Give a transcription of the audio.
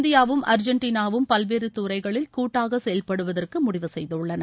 இந்தியாவும் அர்ஜெண்டனாவும் பல்வேறு துறைகளில் கூட்டாக செயல்படுவதற்கு முடிவு செய்துள்ளன